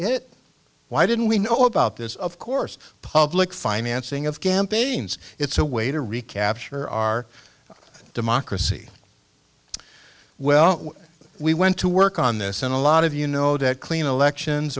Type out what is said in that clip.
it why didn't we know about this of course public financing of campaigns it's a way to recapture our democracy well we went to work on this and a lot of you know that clean elections